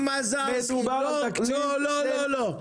עוד לא קיבלתם?